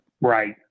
right